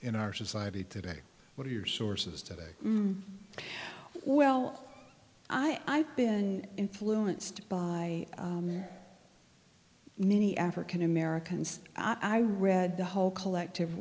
in our society today what are your sources today well i've been influenced by many african americans i read the whole collective